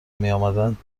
میآمدند